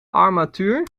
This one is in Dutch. armatuur